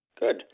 Good